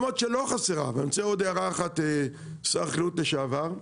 אני רוצה עוד הערה אחת, שר החקלאות לשעבר.